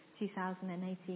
2018